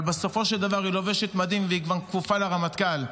אבל בסופו של דבר היא לובשת מדים והיא כפופה לרמטכ"ל.